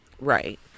right